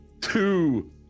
Two